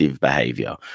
behavior